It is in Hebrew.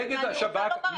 נגד השב"כ.